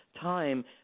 time